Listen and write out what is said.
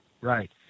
Right